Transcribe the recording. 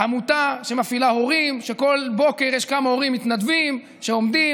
עמותה שמפעילה הורים: בכל בוקר יש כמה הורים מתנדבים שעומדים,